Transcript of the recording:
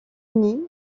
uni